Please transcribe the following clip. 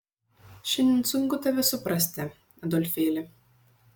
šiandien sunku tave suprasti adolfėli